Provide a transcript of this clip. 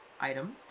item